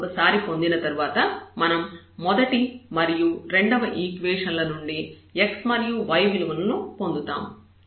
విలువను ఒకసారి పొందిన తర్వాత మనం మొదటి మరియు రెండవ ఈక్వేషన్ లనుండి x మరియు y విలువలను పొందుతాము